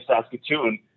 Saskatoon